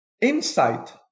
insight